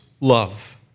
love